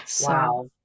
Wow